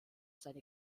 seine